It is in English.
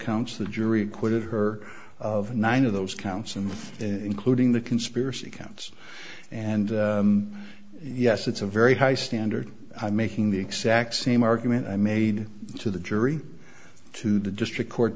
counts the jury acquitted her of nine of those counts and including the conspiracy counts and yes it's a very high standard making the exact same argument i made to the jury to the district court